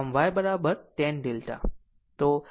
આમ y x tan delta